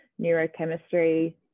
neurochemistry